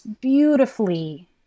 beautifully